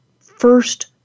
first